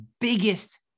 biggest